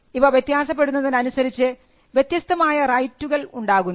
ഇവ വ്യത്യാസപ്പെടുന്നതിനനുസരിച്ച് വ്യത്യസ്തമായ റൈറ്റുകൾ ഉണ്ടാകുന്നു